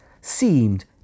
seemed